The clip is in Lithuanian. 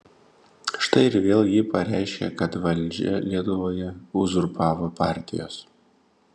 štai ir vėl ji pareiškė kad valdžią lietuvoje uzurpavo partijos